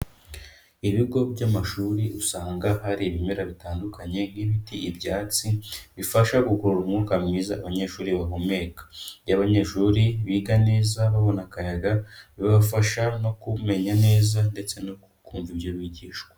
Ibigo by'amashuri usanga hari ibimera bitandukanye nk'ibiti, ibyatsi, bifasha gukurura umwuka mwiza abanyeshuri bahumeka, iyo abanyeshuri biga neza babona akayaga bibafasha no kumenya neza ndetse no kumva ibyo bigishwa.